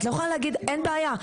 אין בעיה,